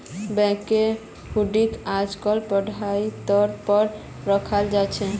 बैंकत हुंडीक आजकल पढ़ाई तौर पर रखाल जा छे